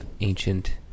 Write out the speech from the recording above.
ancient